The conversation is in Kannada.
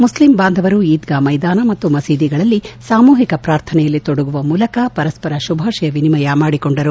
ಮುಸ್ಲಿಂ ಬಾಂಧವರು ಈದ್ಗಾ ಮೈದಾನ ಮತ್ತು ಮಸೀದಿಗಳಲ್ಲಿ ಸಾಮೂಹಿಕ ಪ್ರಾರ್ಥನೆಯಲ್ಲಿ ತೊಡಗುವ ಮೂಲಕ ಪರಸ್ವರ ಶುಭಾಷಯ ವಿನಿಮಯ ಮಾಡಿಕೊಂಡರು